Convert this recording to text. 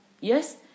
Yes